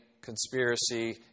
conspiracy